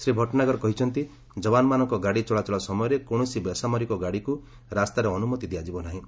ଶ୍ରୀ ଭଟନାଗର କହିଛନ୍ତି ଯବାନମାନଙ୍କ ଗାଡ଼ି ଚଳାଚଳ ସମୟରେ କୌଣସି ବେସାମରିକ ଗାଡ଼ିକୁ ରାସ୍ତାରେ ଅନୁମତି ଦିଆଯିବ ନାହିଁ